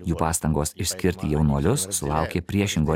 jų pastangos išskirti jaunuolius sulaukė priešingo